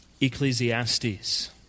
Ecclesiastes